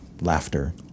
laughter